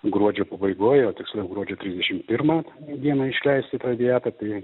gruodžio pabaigoj o tiksliau gruodžio trisdešim pirmą dieną išleisi traviatą tai